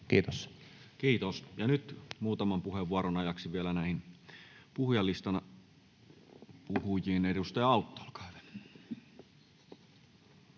Kiitos. — Ja nyt muutaman puheenvuoron ajaksi vielä puhujalistan puhujiin. — Edustaja Autto, olkaa hyvä.